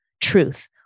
Truth